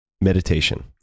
meditation